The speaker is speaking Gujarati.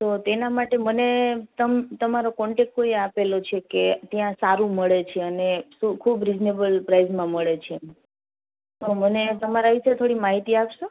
તો તેના માટે મને તમારો કોન્ટેક કોઈએ આપેલો છે કે ત્યાં સારું મળે છે અને ખુબ રીઝનેબલ પ્રાઈઝમાં મળે છે પણ મને તમારા વિષે થોડી માહિતી આપસો